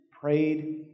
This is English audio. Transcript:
Prayed